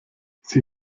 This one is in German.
sie